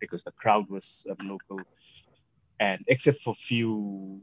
because the crowd was local and except for few